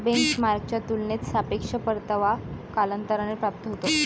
बेंचमार्कच्या तुलनेत सापेक्ष परतावा कालांतराने प्राप्त होतो